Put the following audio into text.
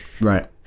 Right